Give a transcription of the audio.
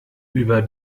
über